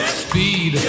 speed